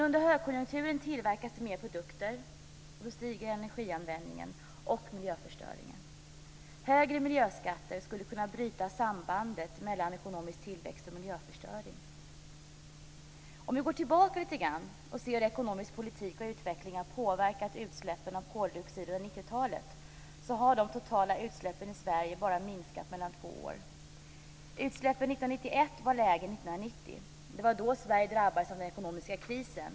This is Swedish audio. Under högkonjunkturen tillverkas mer produkter, och då stiger energianvändningen och miljöförstöringen. Högre miljöskatter skulle kunna bryta sambandet mellan ekonomisk tillväxt och miljöförstöring. Om vi går tillbaka och ser hur ekonomisk politik och utveckling har påverkat utsläppen av koldioxid under 90-talet kan vi se att de totala utsläppen i Sverige bara har minskat mellan två år: Utsläppen 1991 var lägre än 1990. Det var då Sverige drabbades av den ekonomiska krisen.